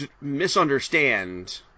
misunderstand